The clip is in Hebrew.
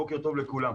בוקר טוב לכולם.